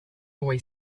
boy